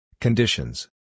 Conditions